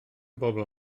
bobl